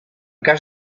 cas